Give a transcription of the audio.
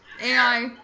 AI